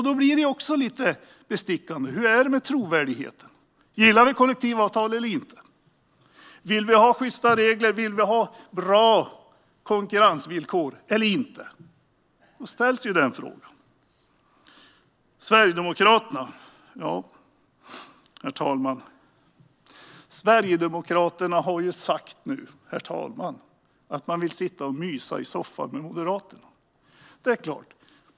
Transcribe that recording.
Det blir lite bestickande: Hur är det med trovärdigheten? Gillar vi kollektivavtal eller inte? Vill vi ha sjysta regler och bra konkurrensvillkor eller inte? Herr talman! Sverigedemokraterna har nu sagt att man vill sitta och mysa i soffan med Moderaterna.